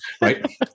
right